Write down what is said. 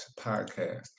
Podcast